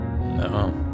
No